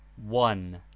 one